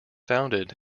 founded